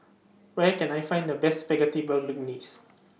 Where Can I Find The Best Spaghetti Bolognese